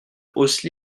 hausse